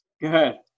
Good